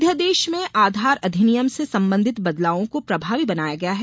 अध्यादेश में आधार अधिनियम से सम्बन्धित बदलावों को प्रभावी बनाया गया है